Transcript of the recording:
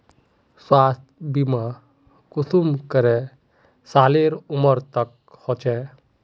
स्वास्थ्य बीमा कुंसम करे सालेर उमर तक होचए?